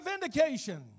vindication